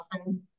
often